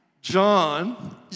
John